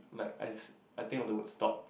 like I I think of the word stop